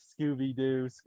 scooby-doo